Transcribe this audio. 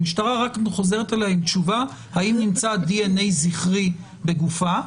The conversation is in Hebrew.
המשטרה רק חוזרת אליה עם תשובה האם נמצא דנ"א זכרי בגופה,